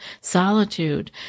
solitude